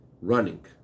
running